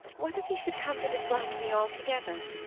what if he should come to dislike me altogether?